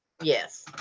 Yes